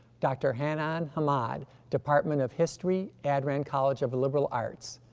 dr. hanna and ahmad, department of history, addran college of liberal arts,